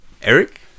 Eric